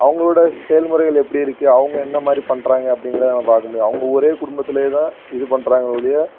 அவங்களோட செயல்முறைகள் எப்படிருக்கு அவங்க என்னமாதிரி பண்ணுறாங்க அப்படிங்கறத நாம் பார்க்கமுடியும் அவங்க ஒரே குடும்பத்திலேதான் இது பண்ணுறாங்களே ஒழிய